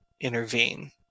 intervene